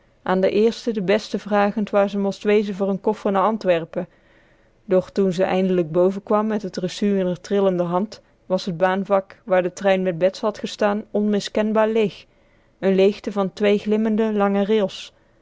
an den eersten den besten vragend waar ze most wezen voor n koffer na antwerpen doch toen ze eindelijk boven kwam met t recu in r trillende hand was t baanvak waar de trein met bets had gestaan onmiskenbaar leeg n leegte van twee glimmende lange rails